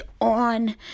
on